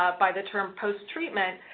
by the term post-treatment,